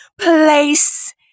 place